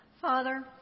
Father